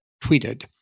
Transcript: tweeted